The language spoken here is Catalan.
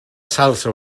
salsa